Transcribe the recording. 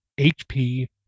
HP